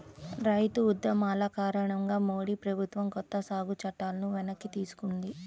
రైతు ఉద్యమాల కారణంగా మోడీ ప్రభుత్వం కొత్త సాగు చట్టాలను వెనక్కి తీసుకుంది